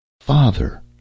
Father